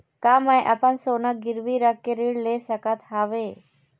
का मैं अपन सोना गिरवी रख के ऋण ले सकत हावे?